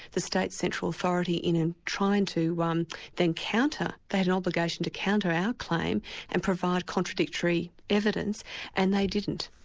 the state central authority in trying to um then counter, they had an obligation to counter our claim and provide contradictory evidence and they didn't.